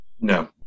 No